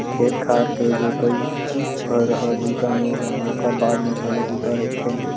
खेत खार के जोतइच भर ह बूता नो हय ओखर बाद म घलो बूता रहिथे